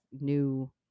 new